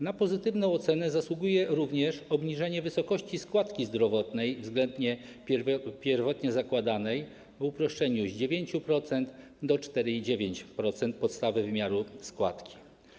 Na pozytywną ocenę zasługuje również obniżenie wysokości składki zdrowotnej, względnie pierwotnie zakładanej, w uproszczeniu z 9% do 4,9% podstawy wymiaru składki.